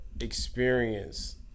experience